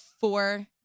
four